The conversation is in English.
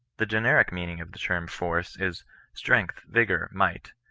the generic mean ing of the term force is strength, vigour, might,